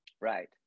Right